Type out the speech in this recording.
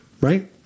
Right